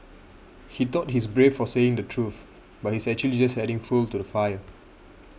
he thought he's brave for saying the truth but he's actually just adding fuel to the fire